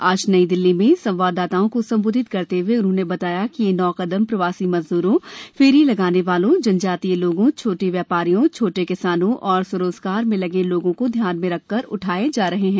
आज नई दिल्ली में संवाददाताओं को संबोधित करते हए उन्होंने बताया कि ये नौ कदम प्रवासी मजदूरों फेरी लगाने वालों जनजातीय लोगों छोटे व्यापारियों छोटे किसानों और स्व रोजगार में लगे लोगों को ध्यान में रखकर उठाए जा रहे हैं